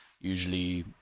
usually